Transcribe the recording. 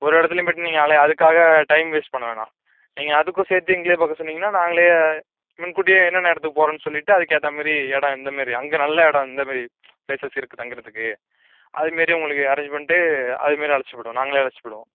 ஒரு இடத்துலையும் போயிவிட்டு நீங்கள் அலைய அதுக்காக டைம் வேஸ்ட் பண்ண வேணாம் நீங்கள் அதுக்கும் சேர்த்து எங்களையே பார்க்க சொன்னிங்கன்னா நாங்களே முன்கூட்டியே என்னென்ன இடத்துக்கு போறோன்னு சொல்லிவிட்டு அதுக்கு ஏத்தாமாரி இடம் எந்த மாரி அங்கே நல்ல இடம் எந்த மாரி பிளேசஸ் இருக்கு தங்குறதுக்கு அது மாரி உங்களுக்கு அரேஞ்ச் பண்ணிட்டு அதைமேரி அழைச்சிட்டு போயிவிடுவோம் நாங்களே அழைச்சிட்டு போயிவிடுவோம்